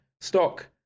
stock